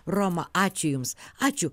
romą ačiū jums ačiū